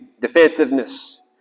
Defensiveness